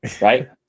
Right